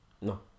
No